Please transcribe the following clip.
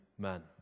man